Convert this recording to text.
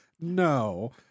no